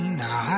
now